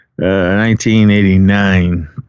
1989